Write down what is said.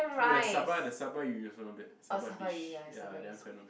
no that Saba the Saba 鱼:Yu also not bad Saba fish ya that one quite not bad